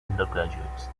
undergraduates